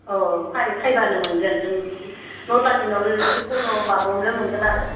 अह फै फैबानो मोनगोन जों नथानि उनाव जिखुनु माबायावनो मोनगोन आरो